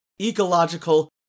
ecological